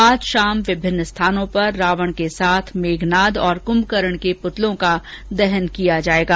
आज शाम विभिन्न स्थानों पर रावण के साथ मेघनाद और क्भकरण के पुतलों का दहन किया जायेगा